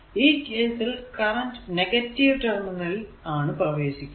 ഈ കേസിൽ current negative terminal ൽ ആണ് പ്രവേശിക്കുക